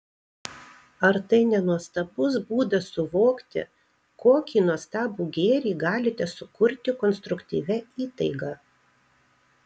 ar tai ne nuostabus būdas suvokti kokį nuostabų gėrį galite sukurti konstruktyvia įtaiga